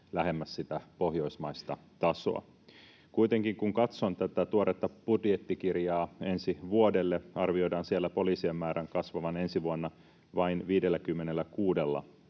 lähemmäs sitä pohjoismaista tasoa. Kuitenkin kun katson tätä tuoretta budjettikirjaa ensi vuodelle, arvioidaan siellä poliisien määrän kasvavan vain 56